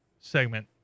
segment